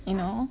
you know